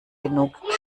genug